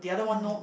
mm